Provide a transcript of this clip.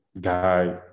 guy